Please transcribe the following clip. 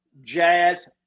jazz